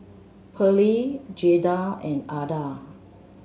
Pearley Jaeda and Adah